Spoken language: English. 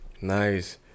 Nice